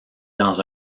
dans